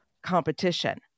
Competition